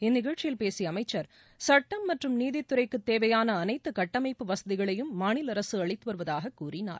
இந்நிகழ்ச்சியில் பேசிய அமைச்சர் சட்டம் மற்றும் நீதித்துறைக்கு தேவையான அனைத்து கட்டமைப்பு வசதிகளையும் மாநில அரசு அளித்து வருவதாகக் கூறினார்